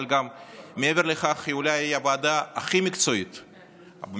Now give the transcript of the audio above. אבל מעבר לכך היא אולי הוועדה הכי מקצועית במשכן,